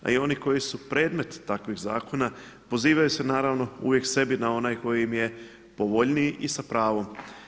A i oni koji su predmet takvih zakona pozivaju se naravno, uvijek sebi na onaj koji im je povoljniji i sa pravom.